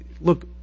Look